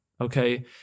okay